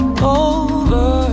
over